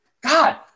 God